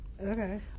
Okay